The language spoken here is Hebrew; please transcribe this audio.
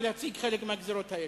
ולהציג חלק מהגזירות האלה.